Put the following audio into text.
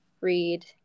read